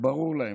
ברור להם.